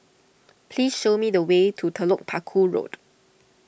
please show me the way to Telok Paku Road